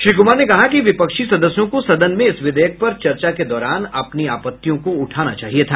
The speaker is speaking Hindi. श्री कुमार ने कहा कि विपक्षी सदस्यों को सदन में इस विधेयक पर चर्चा के दौरान अपनी आपत्तियों को उठाना चाहिए था